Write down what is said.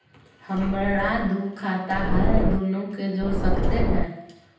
हमरा दू खाता हय, दोनो के जोड़ सकते है?